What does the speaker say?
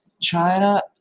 China